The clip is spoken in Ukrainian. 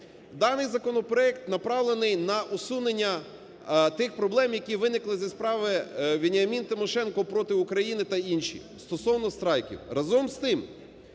Даний законопроект направлений на усунення тих проблем, які виникли зі справи "Веніамін Тимошенко проти України", та інші, стосовно страйків. Разом з тим,